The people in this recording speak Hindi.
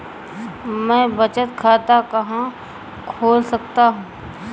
मैं बचत खाता कहाँ खोल सकता हूँ?